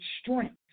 strength